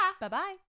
Bye-bye